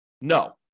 No